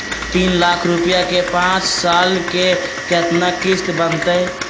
तीन लाख रुपया के पाँच साल के केतना किस्त बनतै?